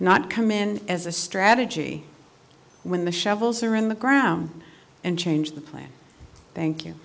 not come in as a strategy when the shovels are in the ground and change the plan thank you